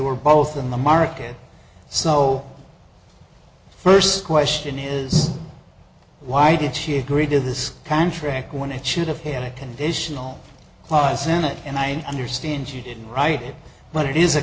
were both in the market so first question is why did she agree to this contract when it should have had a conditional clause in it and i understand she didn't write it but it is a